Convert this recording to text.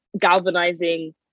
galvanizing